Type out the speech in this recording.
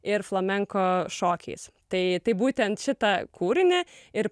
ir flamenko šokiais tai būtent šitą kūrinį ir